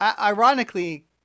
ironically